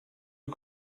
you